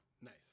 Nice